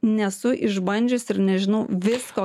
nesu išbandžiusi ir nežinau visko